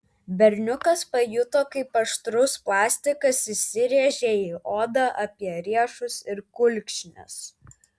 berniukas pajuto kaip aštrus plastikas įsirėžia į odą apie riešus ir kulkšnis